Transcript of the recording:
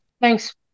Thanks